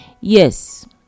Yes